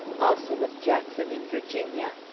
also with jackson in virginia.